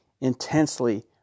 intensely